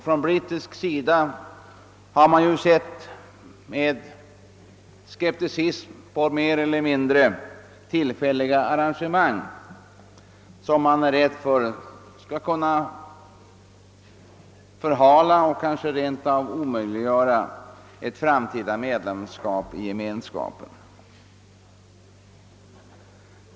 Från brittisk sida har man med skepticism sett på mer eller mindre tillfälliga arrangemang som man är rädd skall kunna förhala och kanske rent av omöjliggöra ett framtida medlemskap i Gemenskapen.